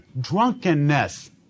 drunkenness